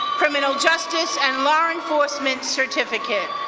criminal justice and law enforcement certificate.